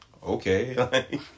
Okay